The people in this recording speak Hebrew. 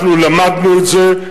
אנחנו למדנו את זה,